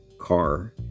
car